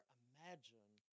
imagine